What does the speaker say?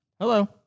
Hello